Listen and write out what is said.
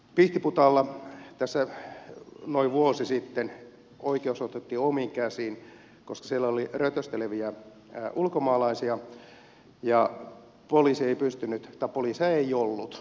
pihtiputaalla tässä noin vuosi sitten oikeus otettiin omiin käsiin koska siellä oli rötösteleviä ulkomaalaisia ja poliiseja ei ollut